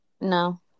No